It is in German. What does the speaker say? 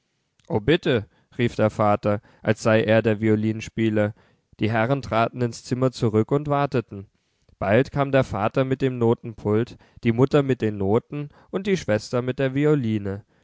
bitte rief der vater als sei er der violinspieler die herren traten ins zimmer zurück und warteten bald kam der vater mit dem notenpult die mutter mit den noten und die schwester mit der violine